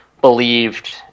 believed